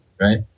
right